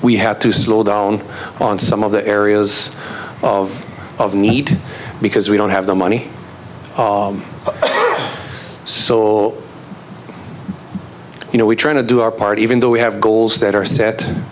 we have to slow down on some of the areas of of need because we don't have the money so you know we try to do our part even though we have goals that are set